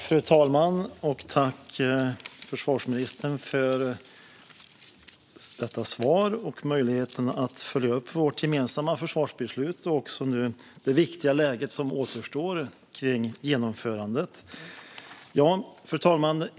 Fru talman! Tack, försvarsministern, för svaret och möjligheten att följa upp vårt gemensamma försvarsbeslut och även det viktiga läget när det gäller det som återstår av genomförandet. Fru talman!